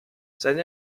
seine